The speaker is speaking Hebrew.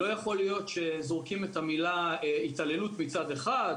לא יכול להיות שזורקים את המילה התעללות מצד אחד,